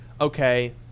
Okay